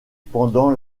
pendant